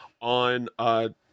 on